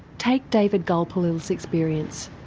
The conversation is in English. take david gulpilil's experience.